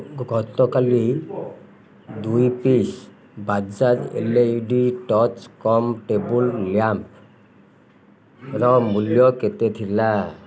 ଗତକାଲି ଦୁଇ piece Bajaj L E D torch cum table ଲ୍ୟାମ୍ପର ମୂଲ୍ୟ କେତେ ଥିଲା